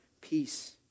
peace